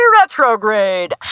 retrograde